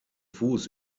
fuß